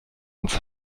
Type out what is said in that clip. uns